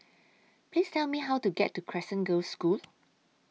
Please Tell Me How to get to Crescent Girls' School